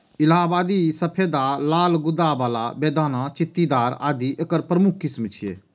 इलाहाबादी सफेदा, लाल गूद्दा बला, बेदाना, चित्तीदार आदि एकर प्रमुख किस्म छियै